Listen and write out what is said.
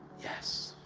yes!